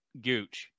gooch